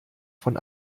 von